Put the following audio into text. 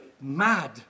mad